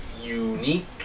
Unique